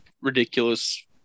ridiculous